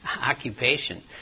occupation